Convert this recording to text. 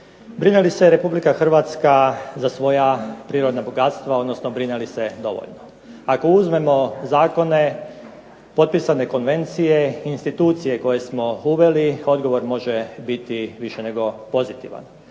brine li se Republike Hrvatska za svoja prirodna bogatstva, odnosno brine li se dovoljno? Ako uzmemo zakone, potpisane konvencije, institucije koje smo uveli, odgovor može biti više nego pozitivan.